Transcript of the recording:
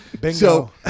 Bingo